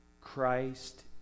Christ